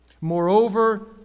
Moreover